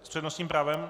S přednostním právem?